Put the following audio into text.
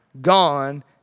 gone